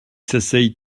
s’asseyent